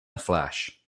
flash